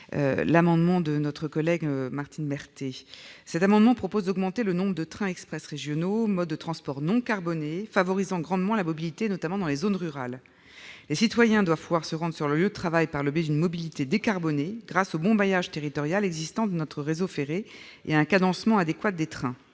amendement au nom de notre collègue Martine Berthet. Il a pour objet d'augmenter le nombre de trains express régionaux, mode de transport non carboné favorisant grandement la mobilité, notamment dans les zones rurales. Les citoyens doivent pouvoir se rendre sur leur lieu de travail par le biais d'une mobilité décarbonée, grâce au bon maillage territorial de notre réseau ferré et à un cadencement adéquat des trains.